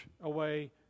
away